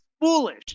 Foolish